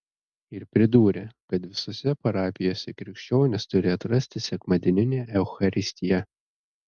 ir pridūrė kad visose parapijose krikščionys turi atrasti sekmadieninę eucharistiją